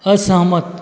असहमत